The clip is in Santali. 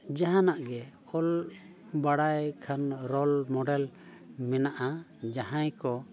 ᱡᱟᱦᱟᱱᱟᱜ ᱜᱮ ᱚᱞ ᱵᱟᱲᱟᱭ ᱠᱷᱟᱱ ᱨᱳᱞ ᱢᱚᱰᱮᱞ ᱢᱮᱱᱟᱜᱼᱟ ᱡᱟᱦᱟᱸᱭ ᱠᱚ